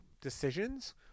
decisions